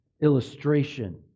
Illustration